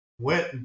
went